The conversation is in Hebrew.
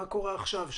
מה קורה עכשיו?